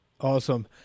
Awesome